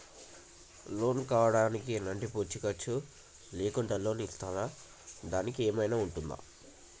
Loan కావడానికి ఎలాంటి పూచీకత్తు లేకుండా లోన్ ఇస్తారా దానికి ఏమైనా ఉంటుందా?